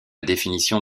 définition